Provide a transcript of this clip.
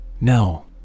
No